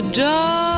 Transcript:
dark